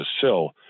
sill